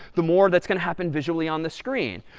the more that's going to happen visually on the screen.